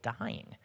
dying